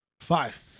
Five